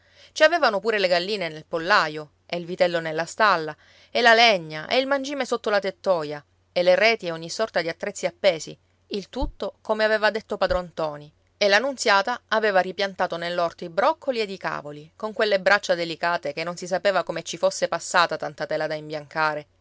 ci avevano pure le galline nel pollaio e il vitello nella stalla e la legna e il mangime sotto la tettoia e le reti e ogni sorta di attrezzi appesi il tutto come aveva detto padron ntoni e la nunziata aveva ripiantato nell'orto i broccoli ed i cavoli con quelle braccia delicate che non si sapeva come ci fosse passata tanta tela da imbiancare